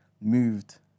moved